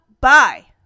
bye